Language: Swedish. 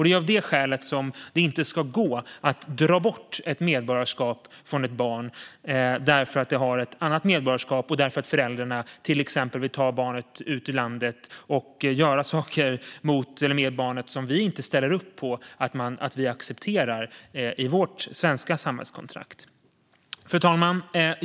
Det är av det skälet som det inte ska gå att ta ifrån ett barn ett medborgarskap därför att barnet har ett annat medborgarskap - kanske för att föräldrarna till exempel vill ta barnet ut ur landet och göra saker mot eller med barnet som vi inte ställer upp på och accepterar i vårt svenska samhällskontrakt. Fru talman!